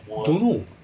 don't know